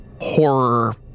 horror